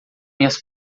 minhas